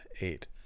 eight